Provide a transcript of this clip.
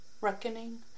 reckoning